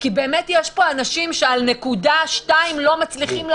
כי יש פה אנשים שעל נקודה-שתיים לא מצליחים לעבור,